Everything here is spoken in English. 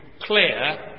clear